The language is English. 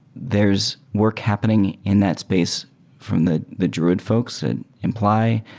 there's work happening in that space from the the druid folks and imply.